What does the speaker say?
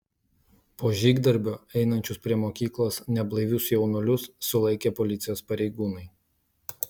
po žygdarbio einančius prie mokyklos neblaivius jaunuolius sulaikė policijos pareigūnai